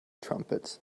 trumpets